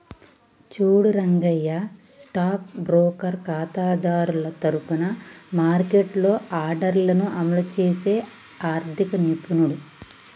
చూడు Rangayya stock broker ఖాతాదారుల తరఫున మార్కెట్లో ఆర్డర్లను అమలు చేసే ఆర్థిక నిపుణుడు